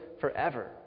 forever